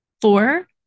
Four